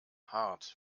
hart